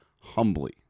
humbly